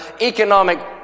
economic